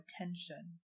attention